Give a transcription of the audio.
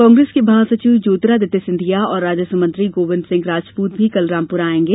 कांग्रेस के महासचिव ज्योतिरादित्य सिंधिया और राजस्व मंत्री गोविंद सिंह राजपूत भी कल रामपूरा आएंगे